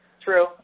True